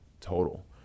total